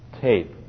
tape